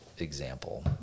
example